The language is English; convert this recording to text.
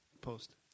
post